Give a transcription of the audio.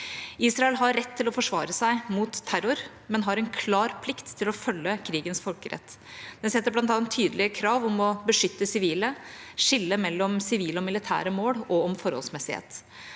Israel har rett til å forsvare seg mot terror, men har en klar plikt til å følge krigens folkerett. Den setter bl.a. tydelige krav om å beskytte sivile, skille mellom sivile og militære mål og om forholdsmessighet.